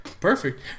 Perfect